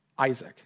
Isaac